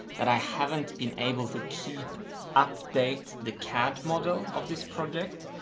that i haven't been able to keep update the cad model of this project.